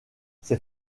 ses